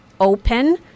open